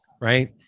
right